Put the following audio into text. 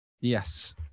Yes